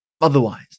otherwise